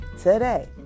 Today